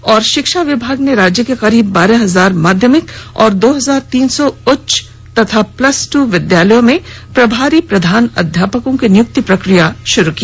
न् शिक्षा विभाग ने राज्य के करीब बारह हजार माध्यमिक और दो हजार तीन सौ उच्च व प्लस ट्र विद्यालय में प्रभारी प्रधान अध्यापकों की नियुक्ति प्रक्रिया शुरू की